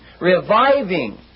reviving